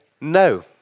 no